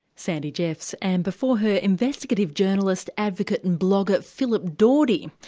sandy jeffs and before her investigative journalist, advocate, and blogger, philip dawdy.